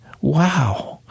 Wow